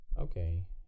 Okay